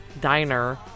diner